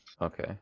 Okay